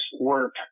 work